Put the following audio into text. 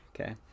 Okay